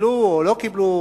שקיבלו או לא קיבלו